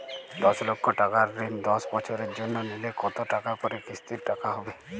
দশ লক্ষ টাকার ঋণ দশ বছরের জন্য নিলে কতো টাকা করে কিস্তির টাকা হবে?